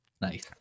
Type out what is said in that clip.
nice